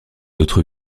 autres